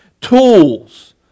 tools